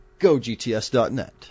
GoGTS.net